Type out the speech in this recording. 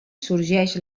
sorgeix